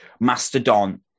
Mastodon